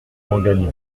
ouangani